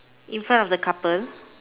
in front of the couple